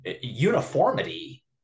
uniformity